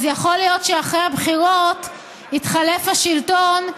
אז יכול להיות שאחרי הבחירות יתחלף השלטון,